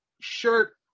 shirt